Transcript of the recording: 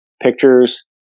pictures